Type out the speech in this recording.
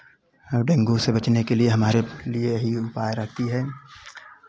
आ dengue से बचने के लिए हमारे लिए हमारी यही उपाय रहती है